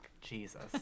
jesus